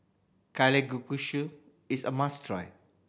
Kalguksu is a must try